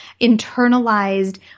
internalized